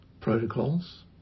protocols